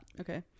okay